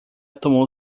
tomou